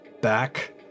back